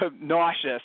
nauseous